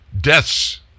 Deaths